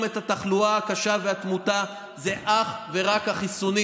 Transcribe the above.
את התחלואה הקשה והתמותה זה אך ורק החיסונים.